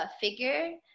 figure